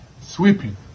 sweeping